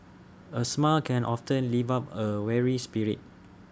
A smile can often lift up A weary spirit